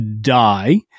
die